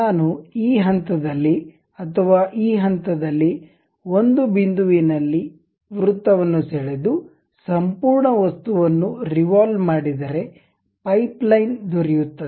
ನಾನು ಈ ಹಂತದಲ್ಲಿ ಅಥವಾ ಈ ಹಂತದಲ್ಲಿ ಒಂದು ಬಿಂದುವಿನಲ್ಲಿ ವೃತ್ತವನ್ನು ಸೆಳೆದು ಸಂಪೂರ್ಣ ವಸ್ತುವನ್ನು ರಿವಾಲ್ವ್ ಮಾಡಿದರೆ ಪೈಪ್ ಲೈನ್ ದೊರೆಯುತ್ತದೆ